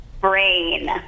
brain